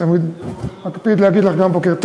אני תמיד מקפיד להגיד גם לך בוקר טוב.